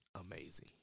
amazing